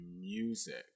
music